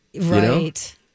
Right